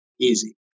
Easy